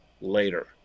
later